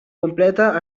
completa